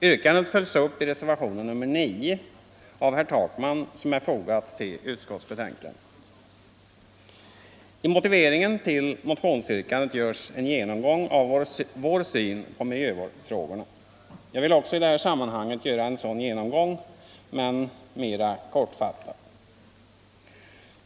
Yrkandet följs upp i reservationen 9 av herr Takman. I motiveringen till motionsyrkandet görs en genomgång av vår syn på miljöfrågorna. Jag vill också i detta sammanhang göra en sådan genomgång, om än mera kortfattat.